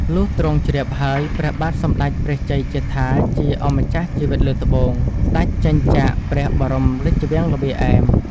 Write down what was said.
លុះទ្រង់ជ្រាបហើយ ព្រះបាទសម្ដេចព្រះជ័យជេដ្ឋាជាអម្ចាស់ជីវិតលើត្បូង ស្ដេចចេញចាក ព្រះបរមរាជវាំងល្វាឯម